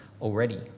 already